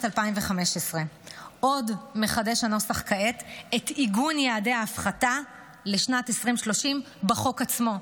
2015. עוד מחדש הנוסח כעת את עיגון יעדי ההפחתה לשנת 2030 בחוק עצמו,